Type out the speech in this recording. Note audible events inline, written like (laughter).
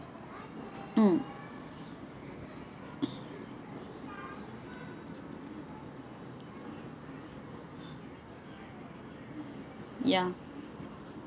mm (coughs) ya